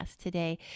today